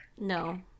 No